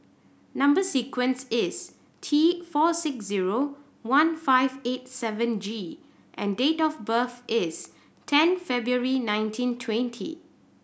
number sequence is T four six zero one five eight seven G and date of birth is ten February nineteen twenty